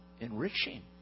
enriching